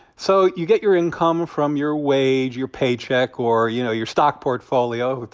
so you get your income from your wage, your paycheck or, you know, your stock portfolio.